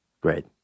Great